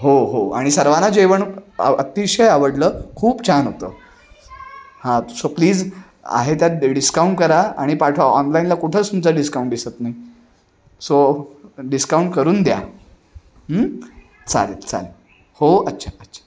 हो हो आणि सर्वांना जेवण अतिशय आवडलं खूप छान होतं हां सो प्लीज आहे त्यात डि डिस्काउंट करा आणि पाठवा ऑनलाईनला कुठंच तुमचा डिस्काउंट दिसत नाही सो डिस्काउंट करून द्या चालेल चालेल हो अच्छा अच्छा